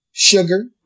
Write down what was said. Sugar